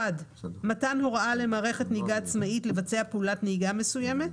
(1)מתן הוראה למערכת נהיגה עצמאית לבצע פעולת נהיגה מסוימת;